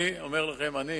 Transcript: אני אומר לכם, אני